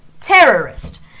terrorist